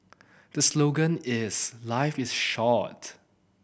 the slogan is life is short